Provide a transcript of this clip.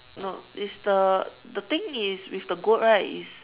no is the the thing is with the goat right